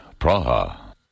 Praha